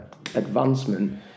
advancement